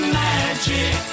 magic